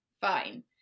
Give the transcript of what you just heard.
fine